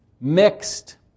mixed